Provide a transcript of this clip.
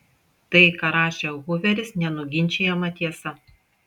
tai ką rašė huveris nenuginčijama tiesa